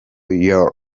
your